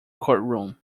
courtroom